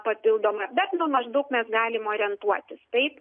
papildoma bet nu maždaug mes galim orientuotis taip